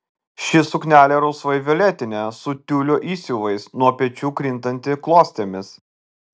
ši suknelė rausvai violetinė su tiulio įsiuvais nuo pečių krintanti klostėmis